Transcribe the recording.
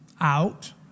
out